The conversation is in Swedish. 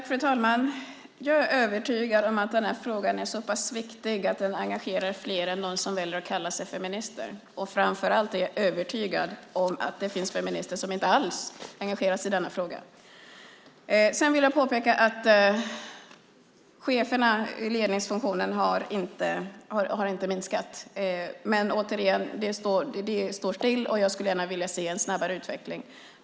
Fru talman! Jag är övertygad om att den här frågan är så pass viktig att den engagerar fler än dem som väljer att kalla sig feminister. Framför allt är jag övertygad om att det finns feminister som inte alls engagerar sig i denna fråga. Sedan vill jag påpeka att cheferna i ledningsfunktion inte har minskat. Men, återigen, det står still. Jag skulle gärna vilja se en snabbare utveckling.